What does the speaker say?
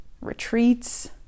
retreats